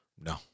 No